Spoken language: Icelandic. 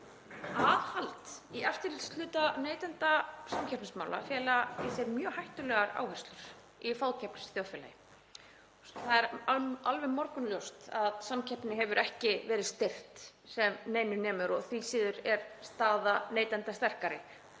Aðhald í eftirlitshluta neytenda- og samkeppnismála fela í sér mjög hættulegar áherslur í fákeppnisþjóðfélagi. Það er alveg morgunljóst að samkeppni hefur ekki verið styrkt sem neinu nemur og því síður er staða neytenda sterkari.